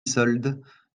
soldes